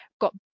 got